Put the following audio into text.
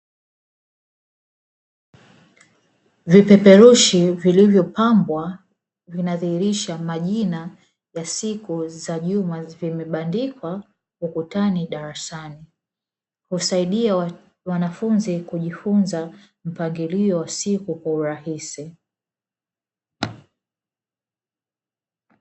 Vipeperushi vilivyopambwa vinadhihirisha majina ya siku za juma zimebandikwa ukutani darasani. Husaidia wanafunzi kujifunzia mpangilio wa siku kwa urahisi.